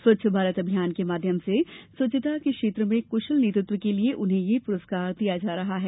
स्वंच्छ भारत अभियान के माध्यम से स्वच्छता क्षेत्र में क्शल नेतृत्व के लिए उन्हें यह पुरस्कार दिया जा रहा है